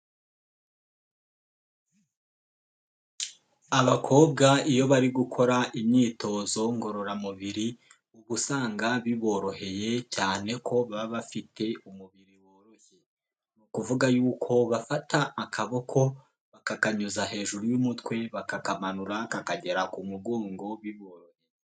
Abakobwa iyo bari gukora imyitozo ngororamubiri uba usanga biboroheye cyane ko baba bafite umubiri woroshye, ni ukuvuga yuko bafata akaboko bakakanyuza hejuru y'umutwe bakakamanura kakagera ku mugongo biboroheye.